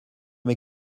mes